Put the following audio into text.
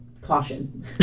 Caution